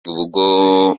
ubu